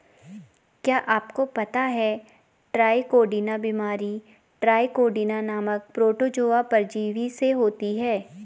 क्या आपको पता है ट्राइकोडीना बीमारी ट्राइकोडीना नामक प्रोटोजोआ परजीवी से होती है?